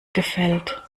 gefällt